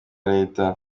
leta